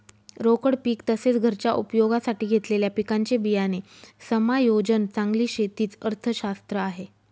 रोकड पीक तसेच, घरच्या उपयोगासाठी घेतलेल्या पिकांचे बियाणे समायोजन चांगली शेती च अर्थशास्त्र आहे